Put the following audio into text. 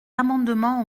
amendement